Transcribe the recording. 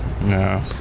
No